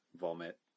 Vomit